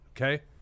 Okay